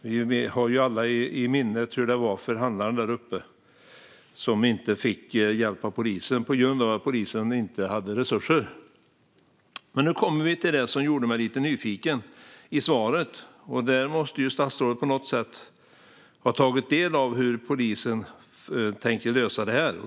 Vi har ju alla i minne hur det var för handlaren där uppe som inte fick hjälp av polisen på grund av att polisen inte hade resurser. Nu kommer vi till det i svaret som gjorde mig lite nyfiken. Statsrådet måste ju på något sätt ha tagit del av hur polisen tänker lösa detta.